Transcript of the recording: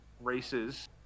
races